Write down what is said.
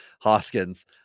Hoskins